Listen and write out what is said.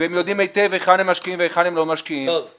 והם יודעים היטב היכן הם משקיעים והיכן הם לא משקיעים ולכן,